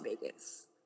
Vegas